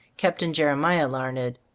captain jeremiah larned,